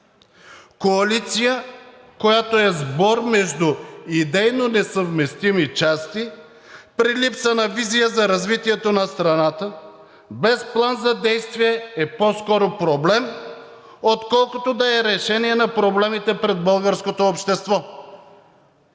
Коалиция, която е сбор между идейно несъвместими части, при липса на визия за развитието на страната, без план за действие, е по-скоро проблем, отколкото да е решение на проблемите пред българското общество,